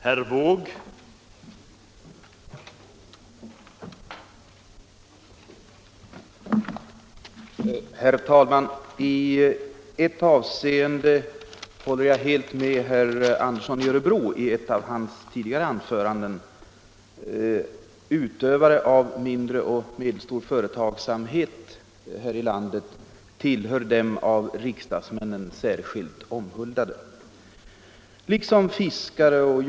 Näringspolitiken Mindre och medelstora företag Näringspolitiken Mindre och medelstora företag